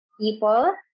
people